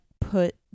put